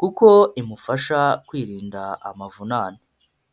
kuko imufasha kwirinda amavunane.